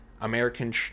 american